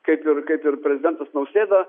kaip ir kaip ir prezidentas nausėda